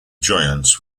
giants